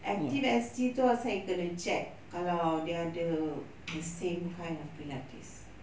active S_G itu saya kena check kalau dia orang ada the same kind of pilates